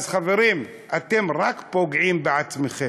אז, חברים, אתם רק פוגעים בעצמכם.